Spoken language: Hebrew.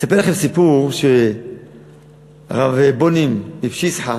אספר לכם סיפור של הרב בונים מפשיסחא,